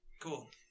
Cool